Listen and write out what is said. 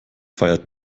feiert